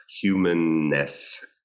humanness